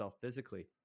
physically